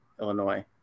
Illinois